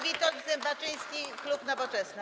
Witold Zembaczyński, klub Nowoczesna.